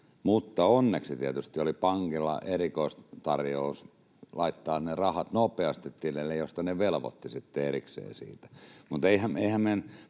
mutta onneksi tietysti oli pankilla erikoistarjous laittaa ne rahat nopeasti tilille, mistä se veloitti sitten erikseen. Eihän